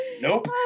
Nope